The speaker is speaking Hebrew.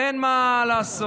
אין מה לעשות,